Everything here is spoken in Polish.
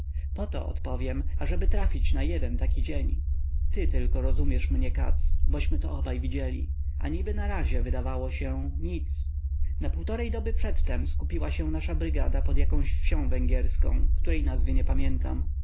po to odpowiem ażeby trafić na jeden taki dzień ty tylko rozumiesz mnie katz bośmy to obaj widzieli a niby na razie wydawało się nic na półtory doby przedtem skupiła się nasza brygada pod jakąś wsią węgierską której nazwy nie pamiętam